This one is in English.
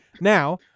now